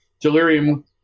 delirium